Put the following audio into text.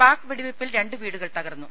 പാക് വെടിവെയ്പിൽ രണ്ട് വീടുകൾ തകർന്നു